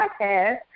podcast